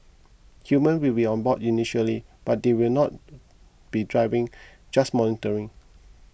humans will be on board initially but they will not be driving just monitoring